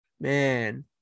Man